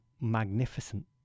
magnificent